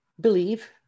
believe